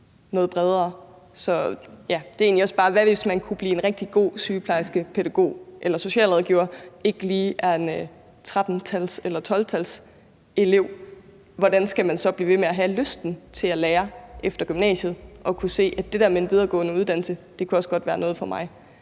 noget bredere. Hvad, hvis man kunne blive en rigtig god sygeplejerske, pædagog eller socialrådgiver og ikke lige er en 13-tals- eller 12-talselev, hvordan skal man så blive ved med at have lysten til at lære efter gymnasiet og kunne se, at det der med en videregående uddannelse også godt kunne være noget for en?